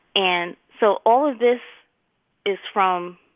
and so all of this is from